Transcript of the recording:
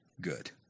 good